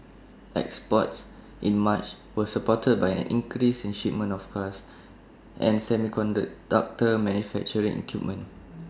exports in March were supported by an increase in shipments of cars and semiconductor manufacturing equipment